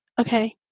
okay